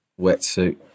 wetsuit